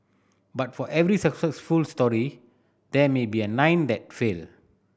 but for every successful story there may be a nine that failed